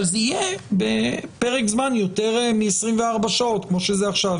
אבל זה יהיה בפרק זמן יותר מ-24 שעות כמו שזה עכשיו.